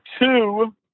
two